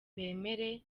bemere